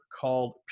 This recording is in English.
called